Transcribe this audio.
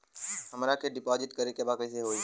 हमरा के डिपाजिट करे के बा कईसे होई?